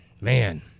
Man